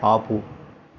ఆపు